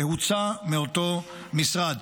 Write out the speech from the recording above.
הוצא מאותו משרד.